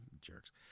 Jerks